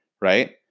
right